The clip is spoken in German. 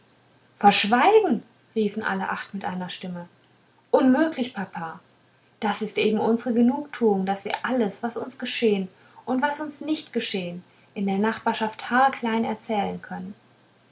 verschweigen riefen alle acht mit einer stimme unmöglich papa das ist eben unsre genugtuung das wir alles was uns geschehen und was uns nicht geschehen in der nachbarschaft haarklein erzählen können